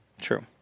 True